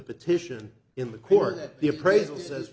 petition in the court that the appraisal says